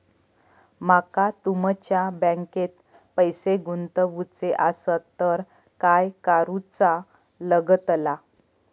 माका तुमच्या बँकेत पैसे गुंतवूचे आसत तर काय कारुचा लगतला?